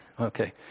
Okay